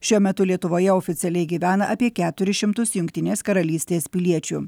šiuo metu lietuvoje oficialiai gyvena apie keturis šimtus jungtinės karalystės piliečių